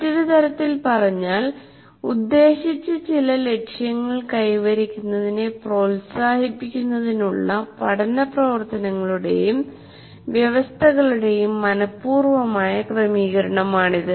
മറ്റൊരു തരത്തിൽ പറഞ്ഞാൽ ഉദ്ദേശിച്ച ചില ലക്ഷ്യങ്ങൾ കൈവരിക്കുന്നതിനെ പ്രോത്സാഹിപ്പിക്കുന്നതിനുള്ള പഠന പ്രവർത്തനങ്ങളുടെയും വ്യവസ്ഥകളുടെയും മനപൂർവമായ ക്രമീകരണമാണിത്